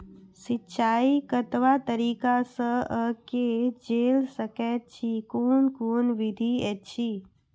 सिंचाई कतवा तरीका सअ के जेल सकैत छी, कून कून विधि ऐछि?